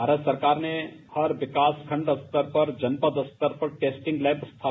भारत सरकार ने हर विकास खण्डक स्त र पर जनपद स्तथर पर टेस्टिं ग लैब स्था